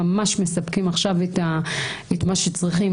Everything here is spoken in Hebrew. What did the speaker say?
ממש מספקים עכשיו את מה שצריכים,